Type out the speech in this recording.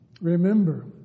Remember